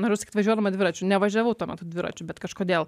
norėjau sakyt važiuodama dviračiu nevažiavau tuomet dviračiu bet kažkodėl